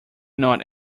not